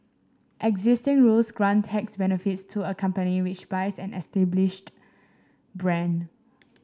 existing rules grant tax benefits to a company which buys an established brand